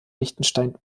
liechtenstein